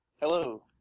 Hello